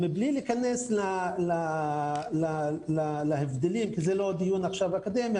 מבלי להיכנס להבדלים כי זה לא דיון אקדמי,